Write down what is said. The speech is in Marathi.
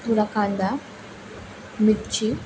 थोडा कांदा मिरची